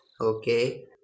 Okay